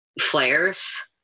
flares